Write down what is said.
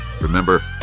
Remember